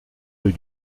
rue